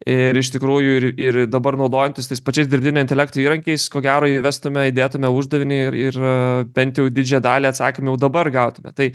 ir iš tikrųjų ir ir dabar naudojantis tais pačiais dirbtinio intelekto įrankiais ko gero įvestume įdėtume uždavinį ir ir bent jau didžiąją dalį atsakymo jau dabar gautume tai